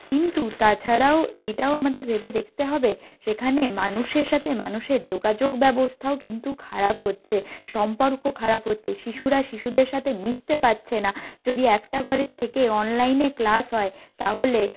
কিন্তু তাছাড়াও এটাও আমাদের ভেবে দেখতে হবে সেখানে মানুষের সাথে মানুষের যোগাযোগ ব্যবস্থাও কিন্তু খারাপ হচ্ছে সম্পর্ক খারাপ হচ্চে শিশুরা শিশুদের সাথে মিশতে পাচ্ছে না যদি একটা ঘরের থেকে অনলাইনে ক্লাস হয় তাহলে